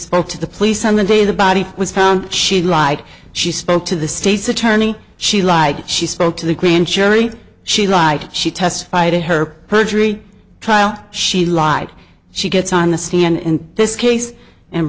spoke to the police on the day the body was found she lied she spoke to the state's attorney she lied she spoke to the grand jury she lied she testified in her perjury trial she lied she gets on the stand in this case and